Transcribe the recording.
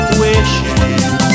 wishing